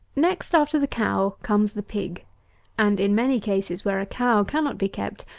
next after the cow comes the pig and, in many cases, where a cow cannot be kept,